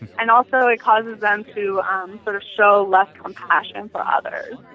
and also it causes them to um sort of show less compassion for others.